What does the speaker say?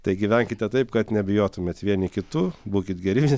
tai gyvenkite taip kad nebijotumėt vieni kitų būkit geri